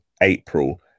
april